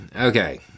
okay